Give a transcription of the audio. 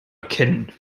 erkennen